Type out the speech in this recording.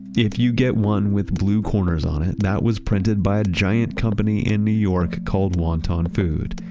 if you get one with blue corners on it, that was printed by a giant company in new york called wonton food.